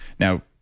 now,